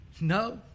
no